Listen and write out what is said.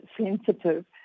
sensitive